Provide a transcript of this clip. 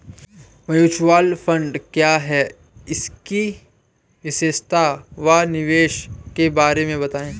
Mutual fund क्या है इसकी विशेषता व निवेश के बारे में बताइये?